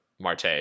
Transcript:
Marte